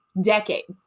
decades